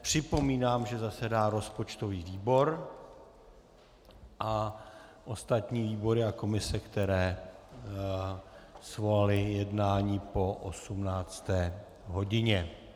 Připomínám, že zasedá rozpočtový výbor a ostatní výbory a komise, které svolaly jednání po 18 hodině.